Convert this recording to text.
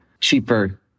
cheaper